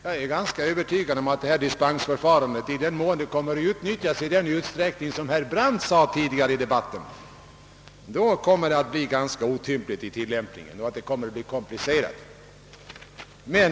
Jag är ganska övertygad om att detta dispensförfarande, i den mån det kommer att utnyttjas i den utsträckning som herr Brandt nämnde tidigare i debatten, kommer att bli otympligt och komplicerat i tillämpningen.